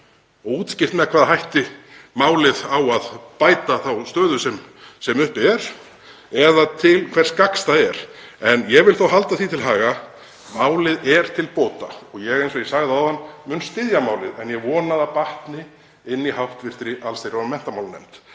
og útskýrt með hvaða hætti málið á að bæta þá stöðu sem uppi er eða til hvers gagns það er. En ég vil þó halda því til haga að málið er til bóta og ég, eins og ég sagði áðan, mun styðja málið en ég vona að það batni í hv. allsherjar- og menntamálanefnd,